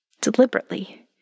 deliberately